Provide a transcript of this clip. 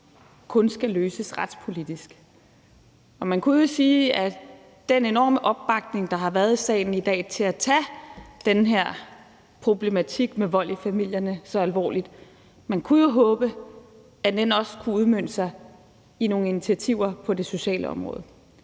kun skal løses retspolitisk. Man kunne jo håbe, at den enorme opbakning, der har været i salen i dag, til at tage den her problematik med vold i familierne så alvorligt, også kunne udmønte sig i nogle initiativer på det sociale område.